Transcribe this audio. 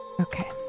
Okay